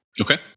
Okay